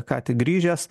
ką tik grįžęs